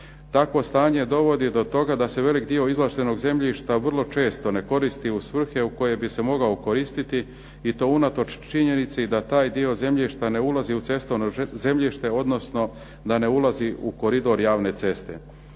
Takvo stanje dovodi do toga da se velik dio izvlaštenog zemljišta vrlo često ne koristi u svrhe u koje bi se mogao koristiti i to unatoč činjenice da taj dio zemlje što ne ulazi u cestovno zemljište, odnosno da ne ulazi u koridor javne ceste.